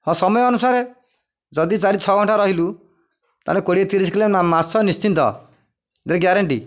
ହଁ ସମୟ ଅନୁସାରେ ଯଦି ଚାରି ଛଅ ଘଣ୍ଟା ରହିଲୁ ତା'ହେଲେ କୋଡ଼ିଏ ତିରିଶି କିଲୋ ମାଛ ନିଶ୍ଚିନ୍ତ ଯଦି ଗ୍ୟାରେଣ୍ଟି